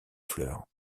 fleurs